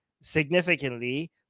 significantly